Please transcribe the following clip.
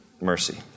mercy